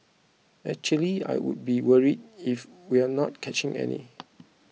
actually I would be worried if we're not catching any